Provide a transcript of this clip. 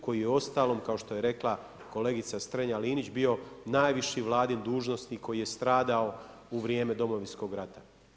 Koji je uostalom kao što je rekla kolegica Srenja-Linić bio najviši vladin dužnosnik koji je stradao u vrijeme Domovinskog rata.